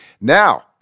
Now